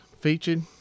featured